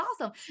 awesome